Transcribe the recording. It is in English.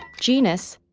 genus,